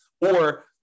Or-